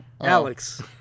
Alex